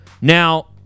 Now